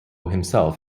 himself